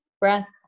breath